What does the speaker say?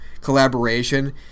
collaboration